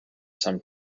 some